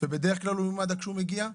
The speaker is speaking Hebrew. ובדרך כלל הוא ממד"א כשהוא מגיע,